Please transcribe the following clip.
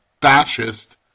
fascist